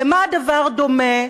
למה הדבר דומה?